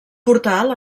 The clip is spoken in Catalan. portal